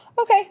Okay